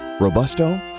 Robusto